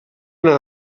anar